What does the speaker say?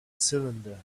cylinder